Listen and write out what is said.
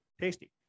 tasty